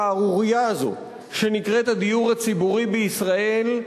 השערורייה הזאת, שנקראת הדיור הציבורי בישראל,